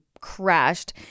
crashed